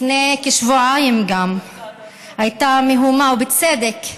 גם לפני כשבועיים הייתה מהומה, ובצדק,